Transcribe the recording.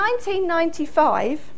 1995